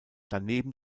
daneben